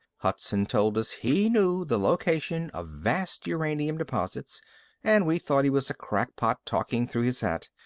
hudson told us he knew the location of vast uranium deposits and we thought he was a crackpot talking through his hat.